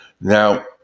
Now